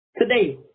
today